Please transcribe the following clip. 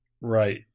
Right